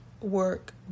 work